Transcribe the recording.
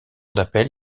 d’appel